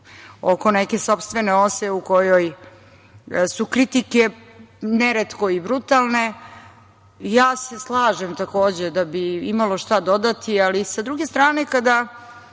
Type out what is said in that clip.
oko neke sopstvene ose, u kojoj su kritike neretko i brutalne. Slažem se takođe, da bi imalo šta dodati, ali s druge strane kada